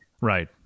Right